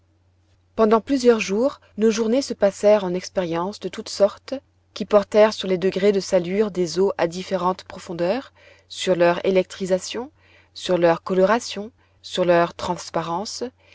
pendant plusieurs jours nos journées se passèrent en expériences de toutes sortes qui portèrent sur les degrés de salure des eaux à différentes profondeurs sur leur électrisation sur leur coloration sur leur transparence